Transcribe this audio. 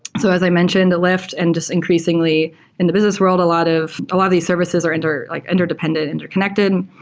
so as i mentioned, lyft and just increasingly in the business world, a a lot of um ah these services are and are like interdependent, interconnected.